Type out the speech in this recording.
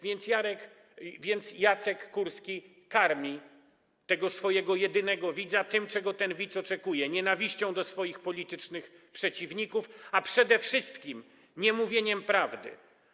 Więc Jacek Kurski karmi tego swojego jedynego widza tym, czego ten widz oczekuje: nienawiścią do swoich politycznych przeciwników, a przede wszystkim niemówieniem prawdy.